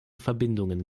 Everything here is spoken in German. verbindungen